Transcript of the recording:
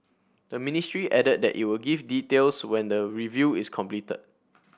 the ministry added that it would give details when the review is completed